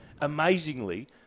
Amazingly